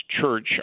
Church